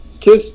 Kiss